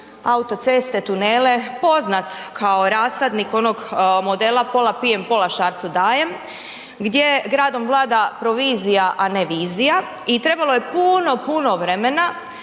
autoceste, tunele, poznat kao rasadnik onog modela, pola pijem, pola Šarcu dajem gdje gradom vlada provizija, a ne vizija i trebalo je puno, puno vremena